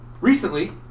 recently